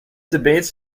debates